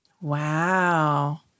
Wow